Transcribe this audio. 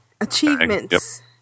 achievements